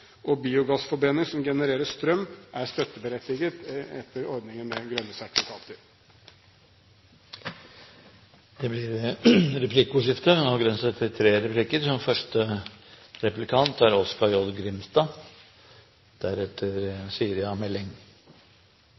og biogassforbrenning som genererer strøm, er støtteberettiget etter ordningen med grønne sertifikater. Det blir replikkordskifte.